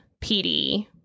PD